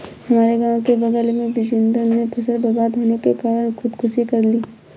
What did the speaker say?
हमारे गांव के बगल में बिजेंदर ने फसल बर्बाद होने के कारण खुदकुशी कर ली